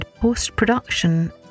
post-production